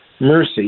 mercy